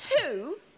Two